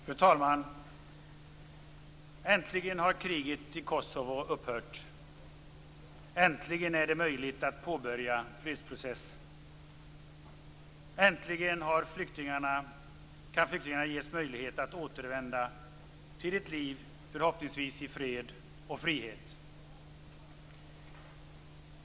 Fru talman! Äntligen har kriget i Kosovo upphört. Äntligen är det möjligt att påbörja en fredsprocess. Äntligen kan flyktingarna ges möjlighet att återvända till ett liv förhoppningsvis i fred och frihet.